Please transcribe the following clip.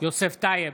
יוסף טייב,